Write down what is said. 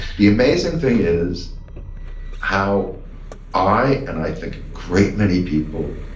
the amazing thing is how i, and i think a great many people,